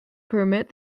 permit